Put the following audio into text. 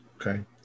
Okay